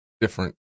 different